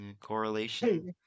correlation